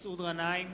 מסעוד גנאים,